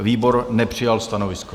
Výbor nepřijal stanovisko.